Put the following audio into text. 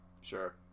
Sure